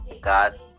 God